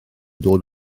dod